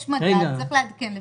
יש מדד, צריך לעדכן לפיו.